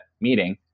meeting